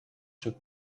took